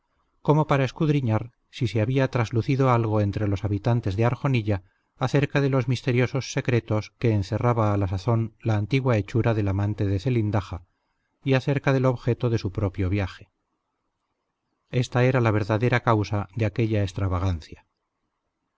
como para escudriñar si se había traslucido algo entre los habitantes de arjonilla acerca de los misteriosos secretos que encerraba a la sazón la antigua hechura del amante de zelindaja y acerca del objeto de su propio viaje ésta era la verdadera causa de aquella extravagancia